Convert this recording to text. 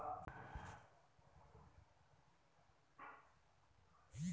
ज्याईचं बँकेत खातं नाय त्याईले बी यू.पी.आय न पैसे देताघेता येईन काय?